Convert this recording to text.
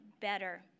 better